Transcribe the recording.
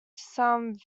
some